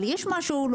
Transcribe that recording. אבל יש משהו.